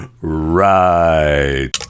Right